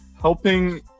Helping